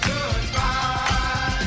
Goodbye